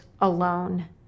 alone